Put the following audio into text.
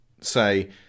say